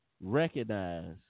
recognize